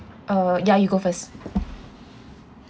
uh ya you go first